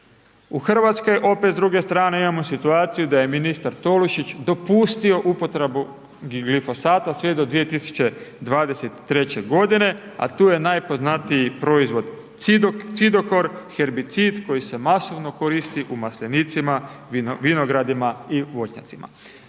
U Hrvatskoj opet s druge strane imamo situaciju da je ministar Tolušić dopustio upotrebu glifosata sve do 2023. godine a tu je najpoznatiji proizvod cidokor herbicid koji se masovno koristi u maslinicima, vinogradima i voćnjacima.